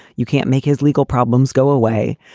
you can't make his legal problems go away.